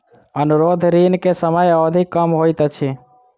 अनुरोध ऋण के समय अवधि कम होइत अछि